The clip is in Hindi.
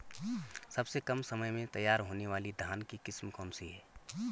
सबसे कम समय में तैयार होने वाली धान की किस्म कौन सी है?